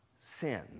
sin